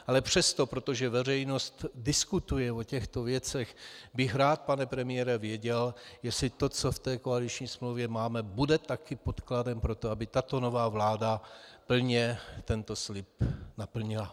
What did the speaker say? Ale přesto, protože veřejnost diskutuje o těchto věcech, bych rád, pane premiére, věděl, jestli to, co v té koaliční smlouvě máme, bude také podkladem pro to, aby tato nová vláda plně tento slib naplnila.